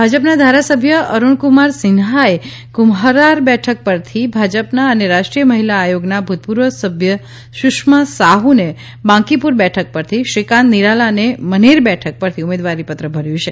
ભાજપના ધારાસભ્ય અરૂણકુમાર સિન્હાએ કુમ્હરાર બેઠક પરથી ભાજપના અને રાષ્ટ્રીય મહિલા આયોગના ભૂતપૂર્વ સભ્ય સુષ્મા સાહ્યે બાંકીપુર બેઠક પરથી શ્રીકાંત નીરાલાએ મનેર બેઠક પરથી ઉમેદવારી પત્ર ભર્યું છે